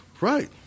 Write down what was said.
Right